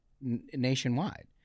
nationwide